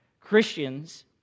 Christians